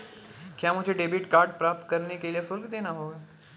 क्या मुझे debit card प्राप्त करने के लिए शुल्क देना होगा?